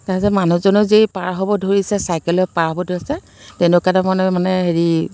তাৰপিছত মানুহজনো যেই পাৰ হ'ব ধৰিছে চাইকেলত পাৰ হ'ব ধৰিছে তেনেকুৱাতে মানে মানে হেৰি